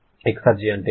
exergy అంటే ఏమిటి